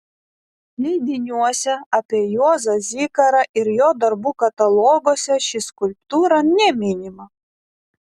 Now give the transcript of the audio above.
leidiniuose apie juozą zikarą ir jo darbų kataloguose ši skulptūra neminima